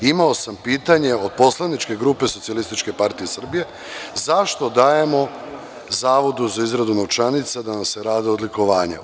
Imao sam pitanje od poslaničke grupe SPS - zašto dajemo zavodu za izradu novčanica da nam se rade odlikovanja?